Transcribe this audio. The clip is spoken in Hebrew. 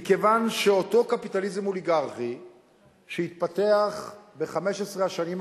מכיוון שאותו קפיטליזם אוליגרכי שהתפתח ב-15 השנים האחרונות,